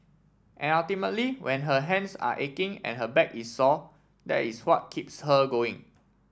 and ultimately when her hands are aching and her back is sore that is what keeps her going